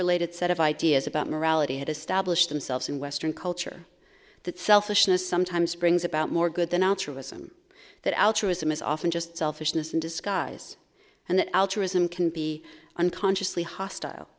related set of ideas about morality had established themselves in western culture that selfishness sometimes brings about more good than altruism that altruism is often just selfishness in disguise and that altruism can be unconsciously hostile